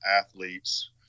athletes